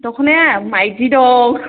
दख'नाया मायदि दं